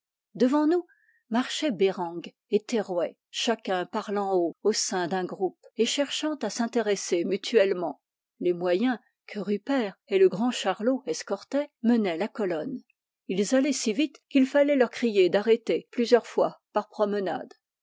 devant nous marchaient bereng et terrouet chacun parlant haut au sein d'un groupe et cherchant à s'intéresser mutuellement les moyens que rupert et le grand charlot escortaient menaient la colonne ils allaient si vite qu'il fallait leur crier d'arrêter plusieurs fois par promenade